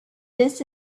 this